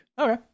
Okay